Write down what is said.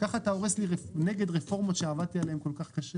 2. הצבעה ההסתייגות לא התקבלה.